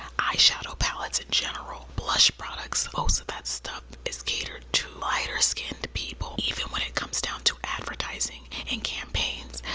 eye shadow palates in general, blush products, most of that stuff is catered to lighter skinned people, even when it comes down to advertising and campaigns.